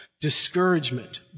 Discouragement